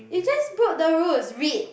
you just broke the rules read